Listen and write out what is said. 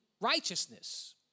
righteousness